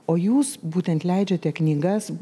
o jūs būtent leidžiate knygas